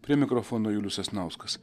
prie mikrofono julius sasnauskas